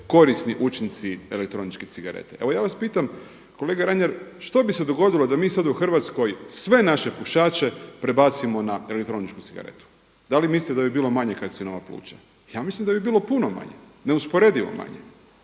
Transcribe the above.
korisni učinci elektroničke cigarete. Evo ja vas pitam kolega Reiner što bi se dogodilo da mi sad u Hrvatskoj sve naše pušače prebacimo na elektroničku cigaretu? Da li mislite da bi bilo manje karcinoma pluća? Ja mislim da bi bilo puno manje, neusporedivo manje.